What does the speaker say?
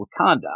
Wakanda